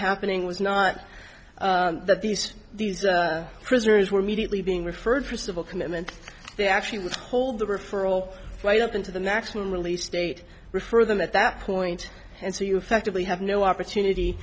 happening was not that these these prisoners were immediately being referred for civil commitment they actually would hold the referral right up into the maximum release state refer them at that point and so you affected leigh have no opportunity